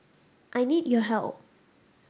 I need your help